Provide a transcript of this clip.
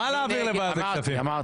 אמרתי.